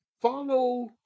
follow